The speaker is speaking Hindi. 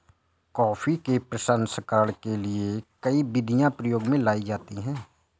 कॉफी के प्रसंस्करण के लिए कई विधियां प्रयोग में लाई जाती हैं